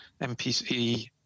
MPC